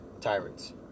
tyrants